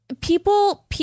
people